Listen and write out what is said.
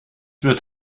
wird